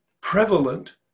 prevalent